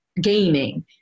gaming